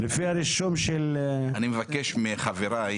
אני מבקש מחבריי,